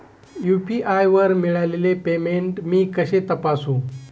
UPI वर मिळालेले payment मी कसे तपासू?